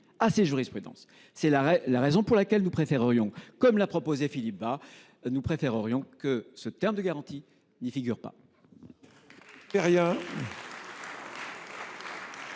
à la jurisprudence. C’est la raison pour laquelle nous préférerions, comme l’a proposé Philippe Bas, que le terme « garantie » ne figure pas